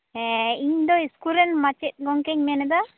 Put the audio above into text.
ᱦᱮᱸ ᱤᱧ ᱫᱚ ᱤᱥᱠᱩᱞ ᱨᱮᱱ ᱢᱟᱪᱮᱫ ᱜᱚᱢᱠᱮᱧ ᱢᱮᱱ ᱮᱫᱟ